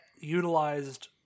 utilized